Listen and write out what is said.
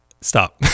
stop